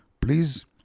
Please